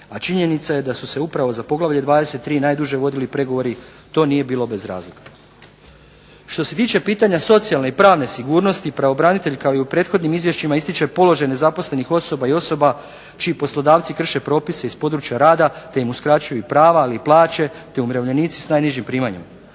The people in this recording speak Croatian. a činjenica je da su se upravo za poglavlje 23 najduže vodili pregovori, to nije bilo bez razloga. Što se tiče pitanja socijalne i pravne sigurnosti pravobranitelj kao i u prethodnim izvješćima ističe položaj nezaposlenih osoba i osoba čiji poslodavci krše propise iz područja rada te im uskraćuju prava, ali i plaće te umirovljenici sa najnižim primanjem.